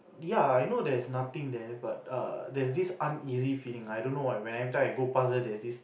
ya I know there's nothing there but err there's this uneasy feeling I don't know why when every time I go past there there's this